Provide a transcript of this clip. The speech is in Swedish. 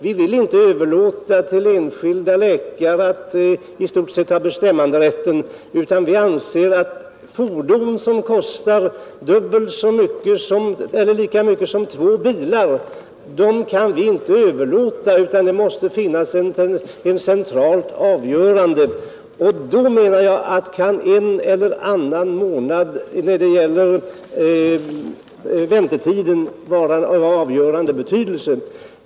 Vi vill inte överlåta till enskilda läkare att i stort sett ensamma bestämma när det gäller fordon som kostar lika mycket som två bilar, utan här måste beslut fattas centralt. Då menar jag att en eller annan månads förlängning av väntetiden inte kan ha avgörande betydelse.